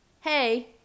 hey